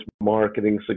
marketing